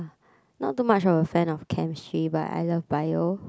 not too much of a fan of chemistry but I love bio